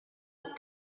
all